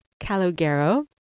Calogero